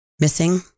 Missing